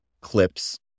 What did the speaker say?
clips